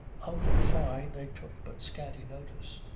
of fyne they took but scanty notice.